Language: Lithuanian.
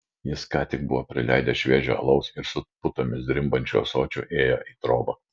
jis ką tik buvo prileidęs šviežio alaus ir su putomis drimbančiu ąsočiu ėjo į trobą